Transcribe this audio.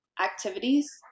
activities